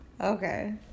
Okay